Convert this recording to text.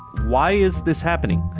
why is this happening?